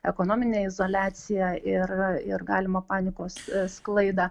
ekonominę izoliaciją ir ir galimą panikos sklaidą